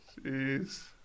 Jeez